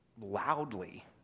loudly